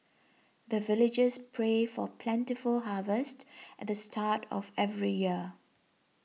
the villagers pray for plentiful harvest at the start of every year